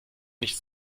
nichts